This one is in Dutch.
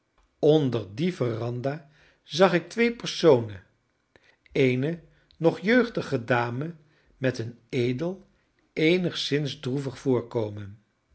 onder die veranda zag ik twee personen eene nog jeugdige dame met een edel eenigszins droevig voorkomen